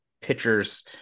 pitchers